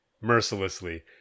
mercilessly